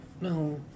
No